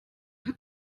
hat